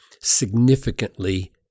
significantly